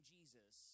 Jesus